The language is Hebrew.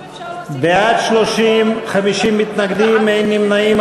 אם אפשר להוסיף, בעד, 30, 50 מתנגדים, אין נמנעים.